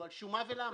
על שום מה ולמה.